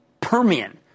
Permian